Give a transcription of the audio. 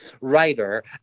writer